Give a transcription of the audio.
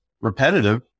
repetitive